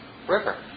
river